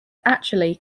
actually